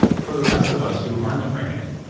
for the rest of us who aren't pregnant,